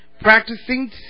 practicing